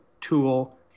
tool